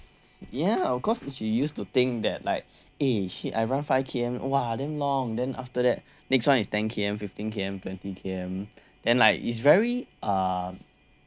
ya of course she used to think that like eh shit I run five K_M !wah! damn long then after that next one is ten K_M fifteen K_M twenty K_M and like is very uh